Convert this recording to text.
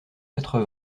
quatre